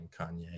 Kanye